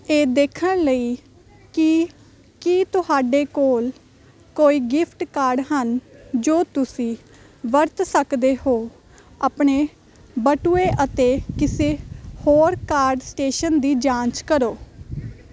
ਇਹ ਦੇਖਣ ਲਈ ਕਿ ਕੀ ਤੁਹਾਡੇ ਕੋਲ ਕੋਈ ਗਿਫਟ ਕਾਰਡ ਹਨ ਜੋ ਤੁਸੀਂ ਵਰਤ ਸਕਦੇ ਹੋ ਆਪਣੇ ਬਟੂਏ ਅਤੇ ਕਿਸੇ ਹੋਰ ਕਾਰਡ ਸਟੈਸ਼ ਦੀ ਜਾਂਚ ਕਰੋ